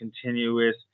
continuous